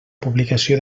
publicació